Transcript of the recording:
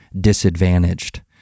disadvantaged